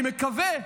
אני מקווה,